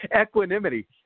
Equanimity